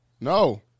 No